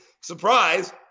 surprise